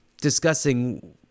discussing